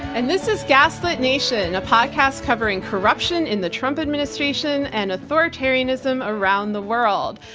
and this is gaslit nation, a podcast covering corruption in the trump administration and authoritarianism around the world.